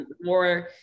more